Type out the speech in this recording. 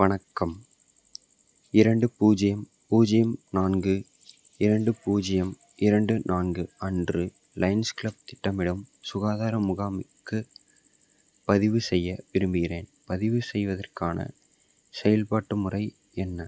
வணக்கம் இரண்டு பூஜ்ஜியம் பூஜ்ஜியம் நான்கு இரண்டு பூஜ்ஜியம் இரண்டு நான்கு அன்று லயன்ஸ் க்ளப் திட்டமிடும் சுகாதார முகாமுக்கு பதிவு செய்ய விரும்புகிறேன் பதிவு செய்வதற்கான செயல்பாட்டு முறை என்ன